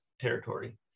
territory